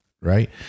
right